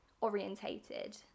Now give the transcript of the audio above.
orientated